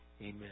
Amen